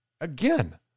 Again